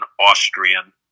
Austrian